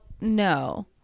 no